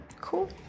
Cool